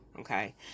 okay